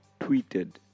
tweeted